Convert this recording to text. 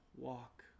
walk